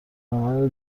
العمل